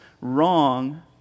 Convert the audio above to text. wrong